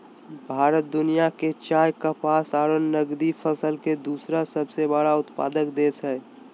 भारत दुनिया के चाय, कपास आरो नगदी फसल के दूसरा सबसे बड़ा उत्पादक देश हई